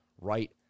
right